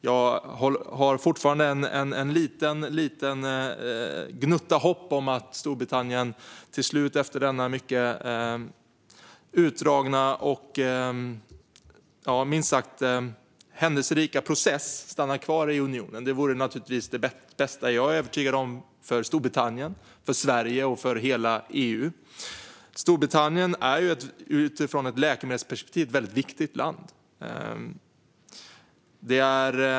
Jag har fortfarande en liten gnutta hopp om att Storbritannien till slut stannar kvar i unionen, efter denna mycket utdragna och minst sagt händelserika process. Jag är övertygad om att det vore det bästa för Storbritannien, Sverige och hela EU. Storbritannien är utifrån ett läkemedelsperspektiv ett väldigt viktigt land.